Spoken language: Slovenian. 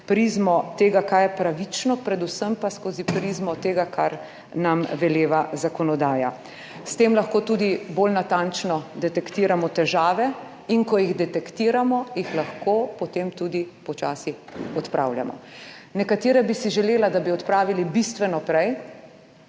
prizmo tega, kaj je pravično, predvsem pa skozi prizmo tega, kar nam veleva zakonodaja. S tem lahko tudi bolj natančno detektiramo težave, in ko jih detektiramo, jih lahko potem tudi počasi odpravljamo. Nekatere bi si želela, da bi odpravili bistveno prej,